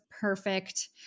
perfect